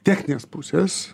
techninės pusės